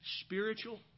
spiritual